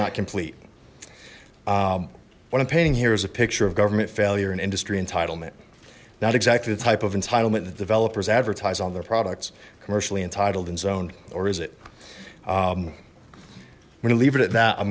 not complete what i'm painting here is a picture of government failure and industry entitlement not exactly the type of entitlement that developers advertise on their products commercially entitled and zone or is it we're to leave it at that i'm